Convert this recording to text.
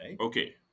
Okay